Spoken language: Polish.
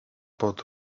pod